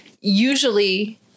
usually